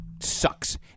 Sucks